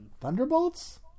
Thunderbolts